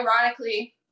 ironically